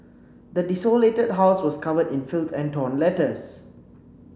the desolated house was covered in filth and torn letters